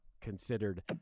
considered